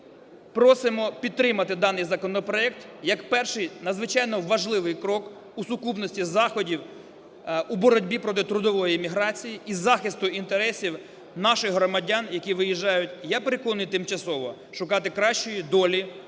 просимо підтримати даний законопроект як перший надзвичайно важливий крок у сукупності заходів у боротьбі проти трудової міграції і захисту інтересів наших громадян, які виїжджають, я переконаний, тимчасово шукати кращої долі